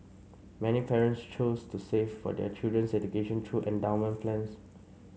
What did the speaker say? many parents choose to save for their children's education through endowment plans